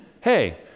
hey